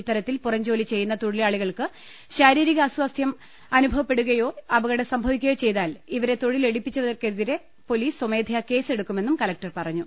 ഇത്തരത്തിൽ പുറംജോലി ചെയ്യുന്ന തൊഴിലാളികൾക്ക് ശാരീരികാസ്ഥാസ്ഥ്യം അനുഭ വപ്പെടുകയോ അപകടം സംഭവിക്കയോ ചെയ്താൽ ഇവരെ തൊഴിലെടുപ്പിച്ചവർക്കെതിരെ പൊലീസ് സ്വമേധയാ കേസെടു ക്കുമെന്നും കലക്ടർ പറഞ്ഞു